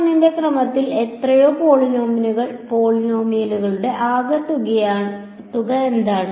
N 1 ക്രമത്തിന്റെ എത്രയോ പോളിനോമിയലുകളുടെ ആകെത്തുക എന്താണ്